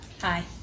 hi